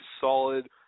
solid